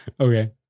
Okay